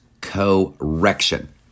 correction